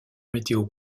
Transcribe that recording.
météo